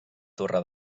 torre